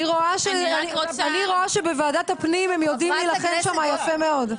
אני רואה שבוועדת הפנים הם יודעים להילחם שם יפה מאוד.